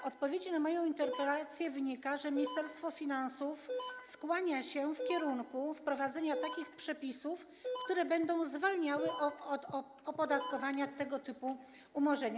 Z odpowiedzi na moją interpelację wynika, że Ministerstwo Finansów skłania się ku wprowadzeniu takich przepisów, które będą zwalniały od opodatkowania tego typu umorzenia.